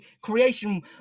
creation